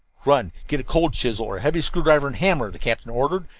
run get a cold chisel or a heavy screwdriver and hammer, the captain ordered,